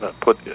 put